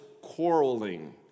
quarreling